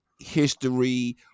history